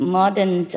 modern